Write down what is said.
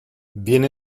viene